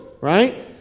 right